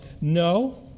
No